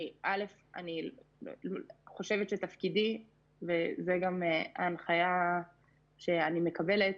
אני חושבת שזה תפקידי וזו גם ההנחיה שאני מקבלת,